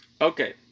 Okay